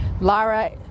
Lara